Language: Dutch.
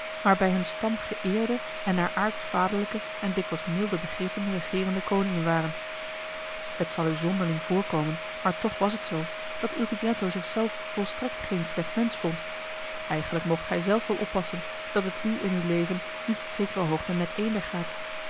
bij hun stam geëerde en naar aartsvaderlijke en dikwijs milde begrippen regeerende koningen waren het zal u zonderling voorkomen maar toch was het zoo dat il tigretto zichzelf volstrekt geen slecht mensch vond eigenlijk moogt gij zelf wel oppassen dat het u in uw leven niet tot zekere hoogte net eender gaat